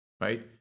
right